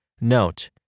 Note